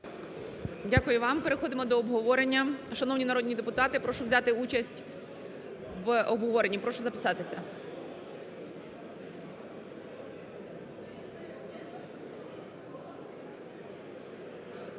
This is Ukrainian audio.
Дякую вам. Переходимо до обговорення. Шановні народні депутати! Прошу взяти участь в обговоренні. Прошу записатись.